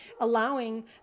allowing